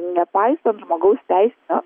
nepaisant žmogaus teisių